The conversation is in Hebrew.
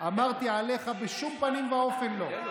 אמרתי עליך: בשום פנים ואופן לא.